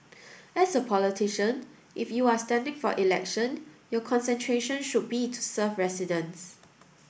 as a politician if you are standing for election your concentration should be to serve residents